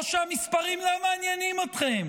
או שהמספרים לא מעניינים אתכם?